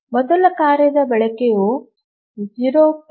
ಮೊದಲ ಕಾರ್ಯದ ಬಳಕೆಯು 0